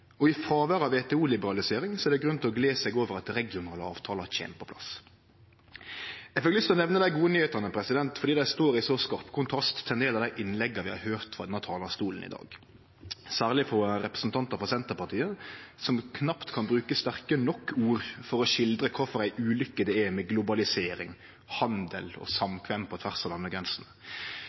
nyheitene, fordi dei står i så skarp kontrast til ein del av dei innlegga vi har høyrt frå denne talarstolen i dag, særleg frå representantar frå Senterpartiet, som knapt kan bruke sterke nok ord for å skildre kva for ei ulykke det er med globalisering, handel og samkvem på tvers av